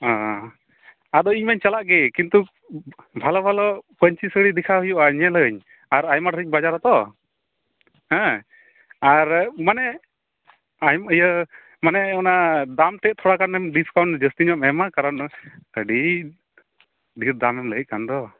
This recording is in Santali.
ᱚ ᱟᱫᱚ ᱤᱧ ᱢᱟᱧ ᱪᱟᱞᱟᱜ ᱜᱮ ᱠᱤᱱᱛᱩ ᱵᱷᱟᱞᱚᱼᱵᱷᱟᱞᱚ ᱯᱟᱹᱧᱪᱤ ᱥᱟᱹᱲᱤ ᱫᱮᱠᱷᱟᱣ ᱦᱩᱭᱩᱜᱼᱟ ᱧᱮᱞᱟᱹᱧ ᱟᱨ ᱟᱭᱢᱟ ᱰᱷᱮᱨᱮᱧ ᱵᱟᱡᱟᱨᱟᱛᱚ ᱦᱮᱸ ᱟᱨ ᱢᱟᱱᱮ ᱟᱢ ᱤᱭᱟᱹ ᱢᱟᱱᱮ ᱚᱱᱟ ᱫᱟᱢ ᱛᱮᱫ ᱛᱷᱚᱲᱟ ᱜᱟᱱᱮᱢ ᱰᱤᱥᱠᱟᱣᱩᱱᱴ ᱡᱟᱹᱥᱛᱤ ᱧᱚᱜ ᱮᱢ ᱮᱢᱟ ᱠᱟᱨᱚᱱ ᱟᱹᱰᱤ ᱰᱷᱮᱨ ᱫᱟᱢᱮᱢ ᱞᱟᱹᱭᱮᱫ ᱠᱟᱱ ᱫᱚ